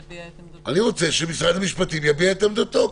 אני חושבת שנציג של משרד המשפטים יביע את עמדתו.